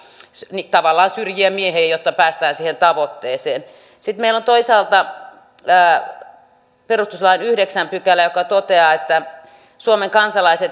tavallaan syrjitään miehiä jotta päästään siihen tavoitteeseen sitten meillä on toisaalta perustuslain yhdeksäs pykälä joka toteaa että suomen kansalaisilla